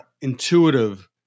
intuitive